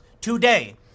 today